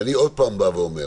ואני עוד פעם אומר,